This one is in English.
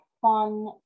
fun